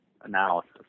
analysis